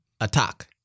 attack